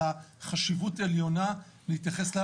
אלא חשיבות עליונה להתייחסות,